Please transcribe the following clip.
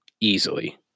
easily